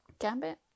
Gambit